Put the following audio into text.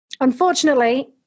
unfortunately